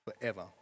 forever